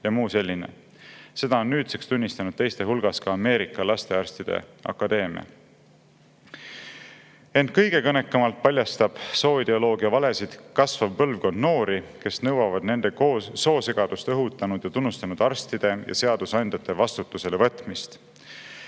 ja muu selline. Seda on nüüdseks tunnistanud teiste hulgas ka Ameerika Lastearstide Akadeemia. Ent kõige kõnekamalt paljastab sooideoloogia valesid kasvav põlvkond noori, kes nõuavad nende soosegadust õhutanud ja tunnustanud arstide ja seadusandjate vastutusele võtmist.